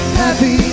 happy